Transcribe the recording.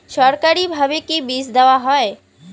সরকারিভাবে কি বীজ দেওয়া হয়?